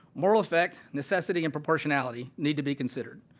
moral fact, necessity and proportionality need to be considered.